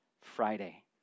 Friday